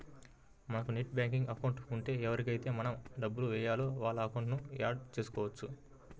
మనకు net banking account ఉంటే ఎవరికైతే మనం డబ్బులు వేయాలో వాళ్ళ అకౌంట్లను యాడ్ చేసుకోవచ్చు